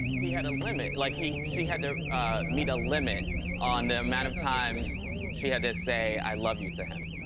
he had a limit. like she had to meet a limit on the amount of times she had to say, i love you to him.